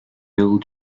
bill